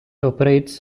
operates